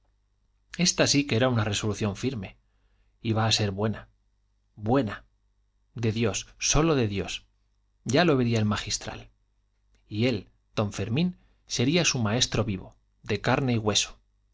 esta sí que era resolución firme iba a ser buena buena de dios sólo de dios ya lo vería el magistral y él don fermín sería su maestro vivo de carne y hueso